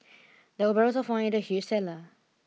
there were barrels of wine in the huge cellar